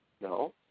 No